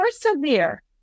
persevere